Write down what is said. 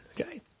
okay